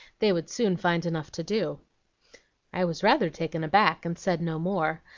they would soon find enough to do i was rather taken aback, and said no more,